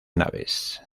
naves